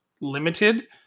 limited